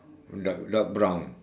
dark dark brown